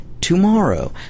tomorrow